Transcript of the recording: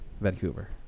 Vancouver